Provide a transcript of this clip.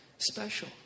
Special